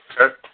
Okay